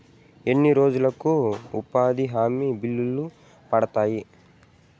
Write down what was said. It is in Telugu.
ఎన్ని రోజులకు ఉపాధి హామీ బిల్లులు పడతాయి?